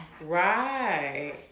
Right